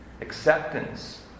acceptance